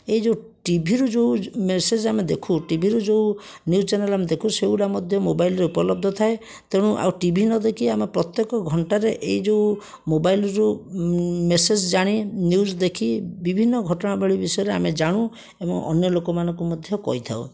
ଏଇ ଯେଉଁ ଟିଭିରୁ ଯେଉଁ ମେସେଜ୍ ଆମେ ଦେଖୁ ଟିଭିରୁ ଯେଉଁ ନ୍ୟୁଜ୍ ଚ୍ୟାନେଲ୍ ଆମେ ଦେଖୁ ସେଗୁଡ଼ାକ ମଧ୍ୟ ମୋବାଇଲରେ ଉପଲବ୍ଧ ଥାଏ ତେଣୁ ଆଉ ଟିଭି ନଦେଖି ଆମେ ପ୍ରତ୍ୟେକ ଘଣ୍ଟାରେ ଏଇ ଯେଉଁ ମୋବାଇଲରୁ ମେସେଜ୍ ଜାଣି ନ୍ୟୁଜ୍ ଦେଖି ବିଭିନ୍ନ ଘଟଣାବଳୀ ବିଷୟରେ ଆମେ ଜାଣୁ ଏବଂ ଅନ୍ୟ ଲୋକମାନଙ୍କୁ ମଧ୍ୟ କହିଥାଉ